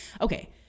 Okay